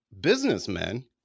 businessmen